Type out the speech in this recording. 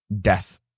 death